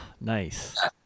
Nice